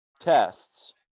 tests